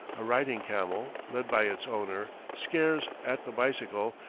a riding-camel, led by its owner, scares at the bicycle,